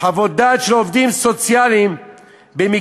חוות דעת של עובדים סוציאליים במקרים